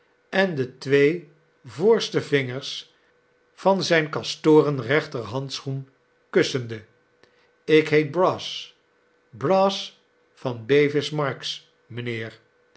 en de twee voorste vingers van zijn kastoren rechterhandschoen kussende ikheet brass brass van bevis marks mijnheer